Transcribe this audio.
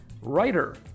writer